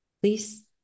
please